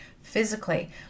physically